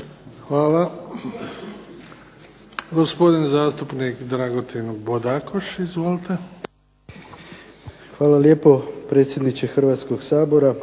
(SDP)** Hvala lijepo predsjedniče Hrvatskog sabora,